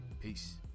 Peace